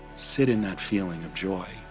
sit in that feeling of joy